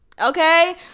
Okay